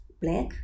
black